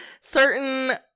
certain